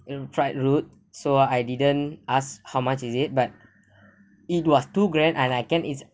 it quite rude so I didn't ask how much is it but it was too grand and I can't it's